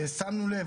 שמנו לב,